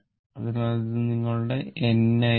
അതിനാൽ അത് നിങ്ങളുടെ n ആയിരിക്കും